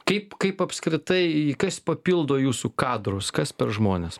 kaip kaip apskritai kas papildo jūsų kadrus kas per žmonės